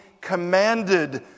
commanded